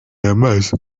yamaze